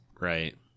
Right